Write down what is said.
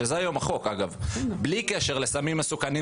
שאגב זה החוק היום בלי קשר לסמים מסוכנים,